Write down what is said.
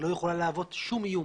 שלא יכולה להוות שום איום